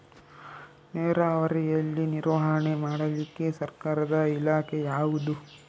ನೇರಾವರಿಯಲ್ಲಿ ನಿರ್ವಹಣೆ ಮಾಡಲಿಕ್ಕೆ ಸರ್ಕಾರದ ಇಲಾಖೆ ಯಾವುದು?